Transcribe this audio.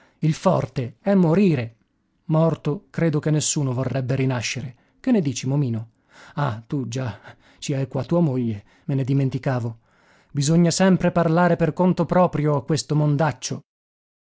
il forte è morire morto credo che nessuno vorrebbe rinascere che ne dici momino ah tu già ci hai qua tua moglie me ne dimenticavo bisogna sempre parlare per conto proprio a questo